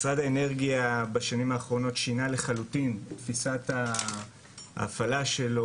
משרד האנרגיה בשנים האחרונות שינה לחלוטין את תפיסת ההפעלה שלו,